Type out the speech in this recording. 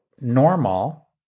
normal